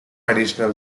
additional